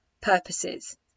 purposes